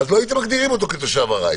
לא הייתם מגדירים אותו כתושב ארעי.